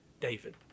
David